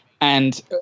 And-